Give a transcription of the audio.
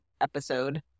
episode